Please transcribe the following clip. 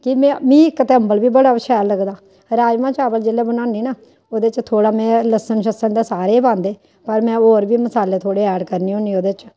कि में मी इक ते अम्बल बी बड़ा शैल लगदा राजमांह् चावल जेल्लै बनान्नी ना ओह्दे च थोह्ड़ा में ल्हस्सन शस्सन ते सारे गै पांदे पर में होर बी मसाले थोह्ड़े ऐड करनी होन्नीं ओह्दे च